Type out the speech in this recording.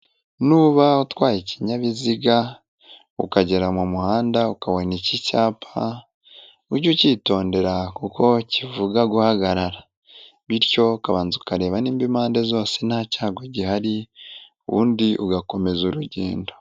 Niba utwaye ikinyabiziga ukagera mu muhanda ukabona iki cyapa, ujye ukitondera kuko kivuga guhagarara, bityo ukabanza ukareba niba impande zose nta cyago gihari, ubundi ugakomeza urugendo.